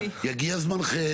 יגיע זמנכם.